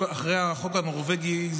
אחרי החוק הנורווגי,